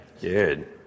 Good